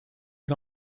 can